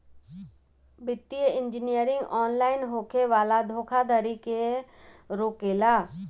वित्तीय engineering online होखे वाला धोखाधड़ी के रोकेला